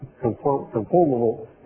conformable